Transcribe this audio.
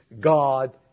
God